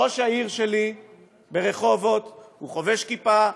ראש העיר שלי ברחובות הוא חובש כיפה,